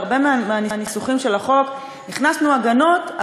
בהרבה מהניסוחים של החוק הכנסנו הגנות,